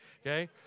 okay